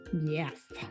Yes